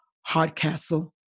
Hardcastle